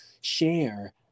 share